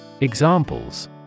Examples